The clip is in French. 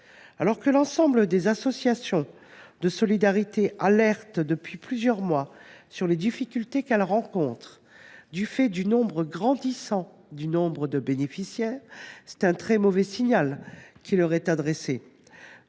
Alors que l’ensemble des associations de solidarité alertent depuis plusieurs mois sur les difficultés qu’elles rencontrent du fait du nombre grandissant de bénéficiaires, c’est un très mauvais signal qui leur est adressé.